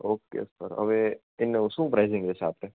okay okay sir હવે એનું શું પ્રાઈસિંગ હશે સાથે